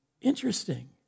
Interesting